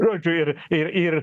žodžiu ir ir ir